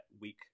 weak